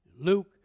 Luke